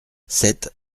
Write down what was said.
sept